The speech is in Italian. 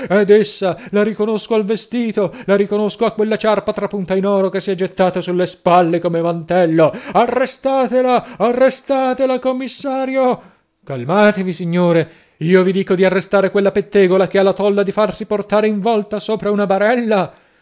dessa la riconosco al vestito la riconosco a quella ciarpa trapunta in oro che si è gettata sulle spalle come un mantello arrestatela arrestatela commissario calmatevi signore io vi dico di arrestare quella pettegola che ha la tolla di farsi portare in volta sopra una barella